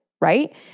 right